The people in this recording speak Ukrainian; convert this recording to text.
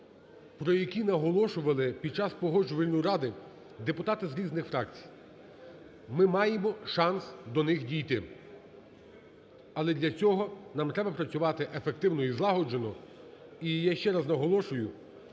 про які наголошували під час Погоджувальної ради депутати з різних фракцій. Ми маємо шанс до них дійти. Але для цього нам треба працювати ефективно і злагоджено. І я ще раз наголошую,